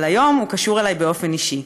אבל היום הוא קשור אלי באופן אישי.